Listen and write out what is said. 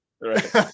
right